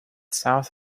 south